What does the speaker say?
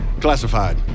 Classified